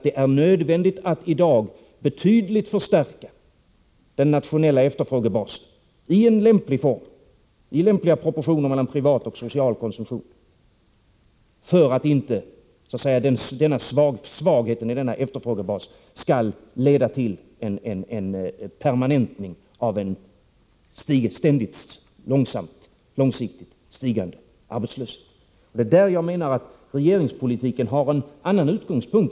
Det är nödvändigt att i dag betydligt förstärka den nationella efterfrågebasen i lämplig form och i lämpliga proportioner mellan privat och social konsumtion för att inte svagheten i efterfrågebasen skall leda till en permanentning av en ständigt på lång sikt stigande arbetslöshet. Det är där som jag menar att regeringspolitiken har en annan utgångspunkt.